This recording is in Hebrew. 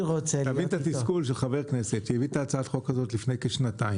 תבין את התסכול של חבר כנסת שהביא את הצעת החוק הזאת לפני כשנתיים,